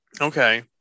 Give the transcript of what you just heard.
Okay